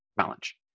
challenge